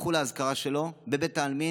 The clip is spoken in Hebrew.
כשתחול האזכרה שלו בבית העלמין,